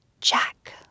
Jack